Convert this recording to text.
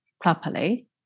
properly